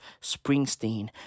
Springsteen